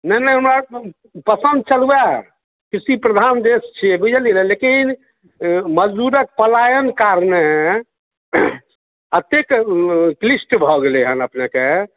नहि नहि हमरा पसन्द छल ओएह कृषि प्रधान देश छियै बुझलियै ने लेकिन मजदूरक पलायन कालमे एतेक क्लिस्ट भऽ गेलै हन अपनेकेँ